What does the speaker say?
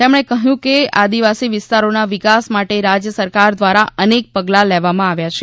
તેમણે કહ્યું કે આદિવાસી વિસ્તારોના વિકાસ માટે રાજ્ય સરકાર દ્વારા અનેક પગલાં લેવામાં આવ્યા છે